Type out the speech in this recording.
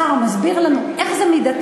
השר סער מסביר לנו איך זה מידתי,